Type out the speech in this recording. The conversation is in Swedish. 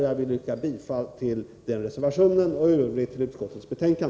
Jag yrkar bifall till den reservationen och i Övrigt till utskottets hemställan.